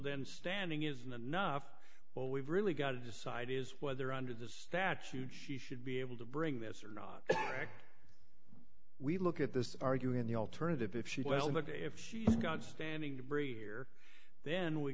then standing isn't enough well we've really got to decide is whether under the statute she should be able to bring this or not we look at this arguing in the alternative if she well look if she's got standing to breathe here then we